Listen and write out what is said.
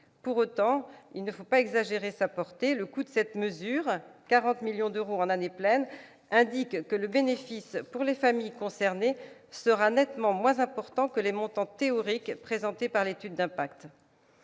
Pour autant, il ne faut pas exagérer sa portée. Le coût de cette mesure, 40 millions d'euros en année pleine, indique que le bénéfice pour les familles concernées sera nettement moins important que les montants théoriques présentés par l'étude d'impact.